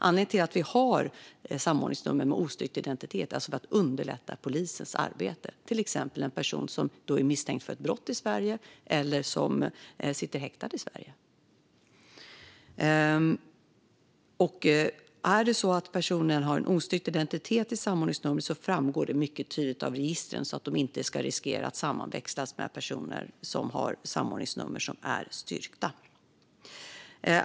Anledningen till att vi har samordningsnummer med ostyrkt identitet är alltså för att underlätta polisens arbete, till exempel när en person är misstänkt för ett brott i Sverige eller sitter häktad i Sverige. Om personer med samordningsnummer har ostyrkt identitet framgår detta mycket tydligt i registren, så att de inte riskerar att sammanväxlas med personer som har samordningsnummer som är styrkta.